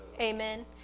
Amen